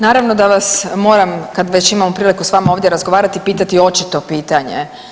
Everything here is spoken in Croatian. Naravno da vas moram kad već imam priliku s vama ovdje razgovarati pitati očito pitanje.